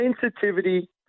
sensitivity